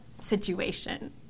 situation